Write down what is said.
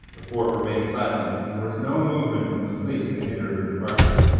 the fort remained silent and there was no movement from the fleet to hinder her departure.